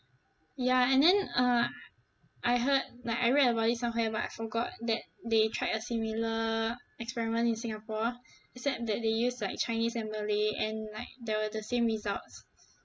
ya and then uh I heard like I read about it somewhere but I forgot that they tried a similar experiment in singapore except that they use like chinese and malay and like there were the same results